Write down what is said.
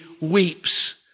weeps